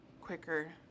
quicker